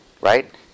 Right